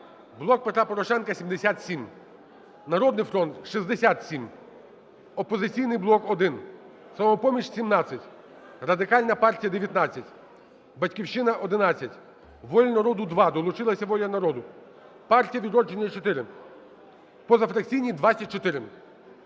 "Блок Петра Порошенка" – 77, "Народний фронт" – 67, "Опозиційний блок" – 1, "Самопоміч" – 17, Радикальна партія – 19, "Батьківщина" – 11, "Воля народу" – 2, долучилася "Воля народу", "Партія "Відродження" – 4, позафракційні – 24.